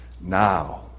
Now